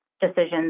decisions